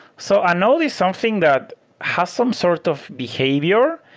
so ah node is something that has some sort of behavior.